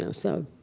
so so,